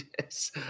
yes